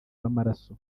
w’amaraso